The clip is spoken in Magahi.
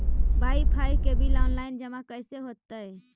बाइफाइ के बिल औनलाइन जमा कैसे होतै?